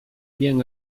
bien